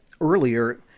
earlier